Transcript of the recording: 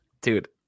Dude